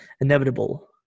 inevitable